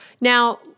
Now